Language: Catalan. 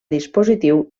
dispositiu